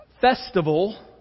festival